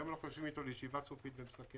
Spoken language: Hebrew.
היום אנחנו יושבים איתו לישיבה סופית ומסכמת,